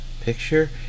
picture